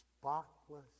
spotless